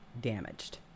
damaged